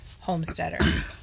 homesteader